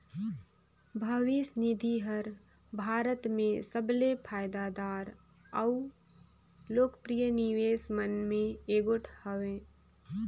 भविस निधि हर भारत में सबले फयदादार अउ लोकप्रिय निवेस मन में एगोट हवें